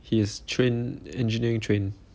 his trained engineering trained